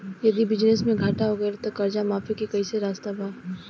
यदि बिजनेस मे घाटा हो गएल त कर्जा माफी के कोई रास्ता बा?